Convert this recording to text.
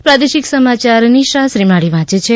પ્રાદેશિક સમાચાર નીશા શ્રીમાલી વાંચ છે